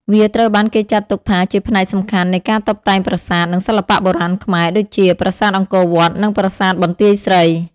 វាត្រូវបានគេចាត់ទុកថាជាផ្នែកសំខាន់នៃការតុបតែងប្រាសាទ និងសិល្បៈបុរាណខ្មែរ ដូចជា ប្រាសាទអង្គរវត្ត និងប្រាសាទបន្ទាយស្រី។